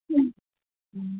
ꯎꯝ